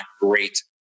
great